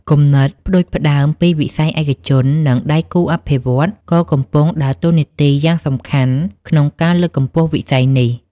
គំនិតផ្តួចផ្តើមពីវិស័យឯកជន និងដៃគូអភិវឌ្ឍន៍ក៏កំពុងដើរតួនាទីយ៉ាងសំខាន់ក្នុងការលើកកម្ពស់វិស័យនេះ ។